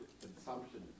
consumption